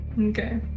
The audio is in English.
Okay